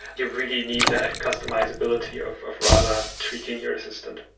you really need that customizability of of rasa tweaking your assistant.